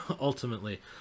Ultimately